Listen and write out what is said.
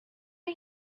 are